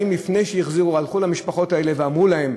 האם לפני שהחזירו הלכו למשפחות האלה ואמרו להן: